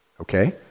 okay